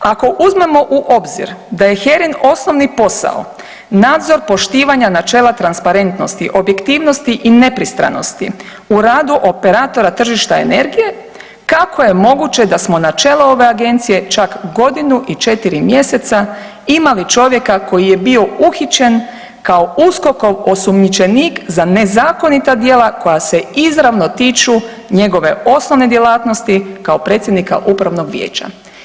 Ako uzmemo u obzir da je HERA-in osnovni posao nadzor poštivanja načela transparentnosti, objektivnosti i nepristranosti u radu operatora tržišta energije kako je moguće da smo na čelo ove agencije čak godinu i 4 mjeseca imali čovjeka koji je bio uhićen kao USKOK-ov osumnjičenik za nezakonita djela koja se izravno tiču njegove osnovne djelatnosti kao predsjednika upravnog vijeća?